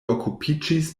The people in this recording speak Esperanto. okupiĝis